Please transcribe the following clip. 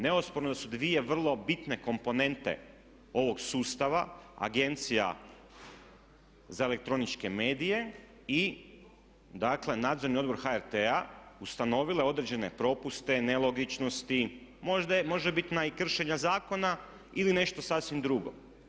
Neosporno je da su dvije vrlo bitne komponente ovog sustava Agencija za elektroničke medije i dakle Nadzorni odbor HRT-a ustanovilo je određene propuste, nelogičnosti, možda i možebitna kršenja zakona ili nešto sasvim drugo.